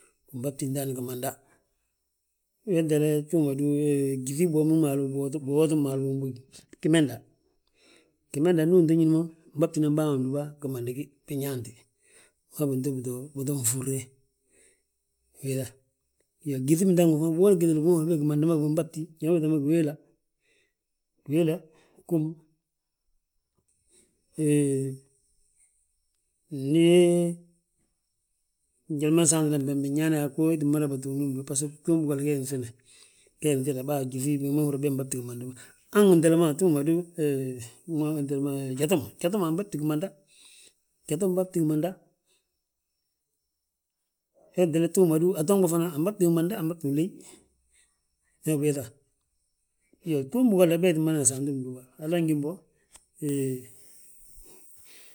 nŧagti ndaani gimanda, wentele, gyíŧi biwooti gmaali bógi, gimenda, gimenda ndu uto ñín mo, nɓabinan bàa ma ndúba gimandi gi. Binyaanti bito nfúrre, ubiiŧa gyíŧi bindaŋ bigoli gitilu bigi ma húri yaa gimandi ma gi binbabti, njali ma ubiiŧa be giwéla, giwéla gúm, hee. ndi njali ma nsaantina bembe nyaana, yaa go itin mada bà tuugni bindúba, baso gtuugi bigolla gee nŧile, nge nŧile bawo gyíŧ bigi ma húrin yaa, beg nbabti gimandi ma; Han wentele ma tuug ma du hee, jatu, jatu ma anbabti gimanda jato mabati gimanda; Hentele atonɓa fana anbabti gimanda, anbabti uleey. Ño ubiiŧa, iyoo, bom bigolla we ñee tti madana saanti undúba hala gimbo hee.